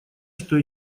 что